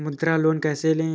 मुद्रा लोन कैसे ले?